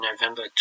November